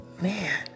man